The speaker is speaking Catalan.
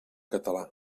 català